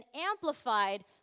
amplified